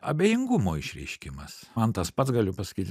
abejingumo išreiškimas man tas pats galiu pasakyti